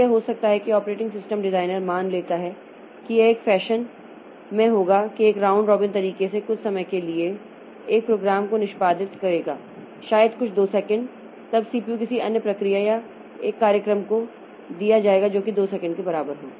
तो यह हो सकता है कि ऑपरेटिंग सिस्टम डिजाइनर मान लेता है कि यह एक फैशन में होगा कि एक राउंड रॉबिन तरीके से यह कुछ समय के लिए एक प्रोग्राम को निष्पादित करेगा शायद कुछ 2 सेकंड तब सीपीयू किसी अन्य प्रक्रिया या एक कार्यक्रम को दिया जाएगा जो कि 2 सेकंड के बराबर हो